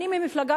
אני מבקש